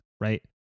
right